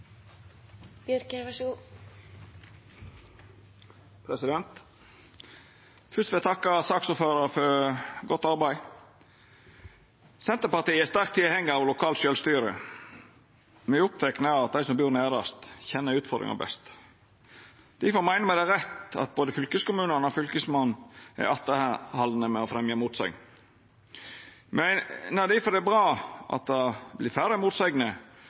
sterkt tilhengjar av lokalt sjølvstyre. Me er opptekne av at dei som bur nærast, kjenner utfordringane best. Difor meiner me det er rett at både fylkeskommunane og fylkesmennene er atterhaldne med å fremja motsegner. Me meiner difor det er bra at det vert færre motsegner,